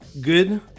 good